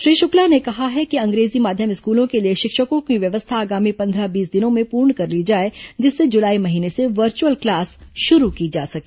श्री शुक्ला ने कहा है कि अंग्रेजी माध्यम स्कूलों के लिए शिक्षकों की व्यवस्था आगामी पंद्रह बीस दिनों में पूर्ण कर ली जाए जिससे जुलाई महीने से वर्चुअल क्लास शुरू की जा सके